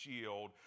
shield